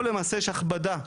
פה למעשה יש הכבדה.